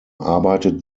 arbeitet